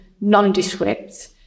nondescript